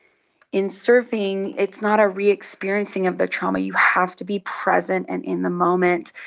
in surfing it's not a re-experiencing of the trauma, you have to be present and in the moment,